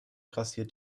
grassiert